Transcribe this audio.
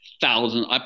thousands